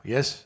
Yes